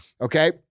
okay